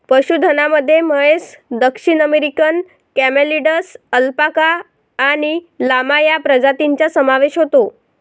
पशुधनामध्ये म्हैस, दक्षिण अमेरिकन कॅमेलिड्स, अल्पाका आणि लामा या प्रजातींचा समावेश होतो